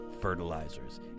fertilizers